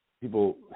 people –